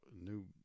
new